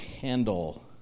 handle